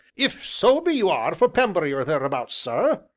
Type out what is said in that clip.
if so be you are for pembry, or thereabouts, sir,